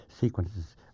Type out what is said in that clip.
sequences